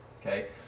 Okay